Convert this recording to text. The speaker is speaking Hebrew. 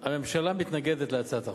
הממשלה מתנגדת להצעת החוק,